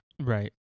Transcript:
Right